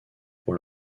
pour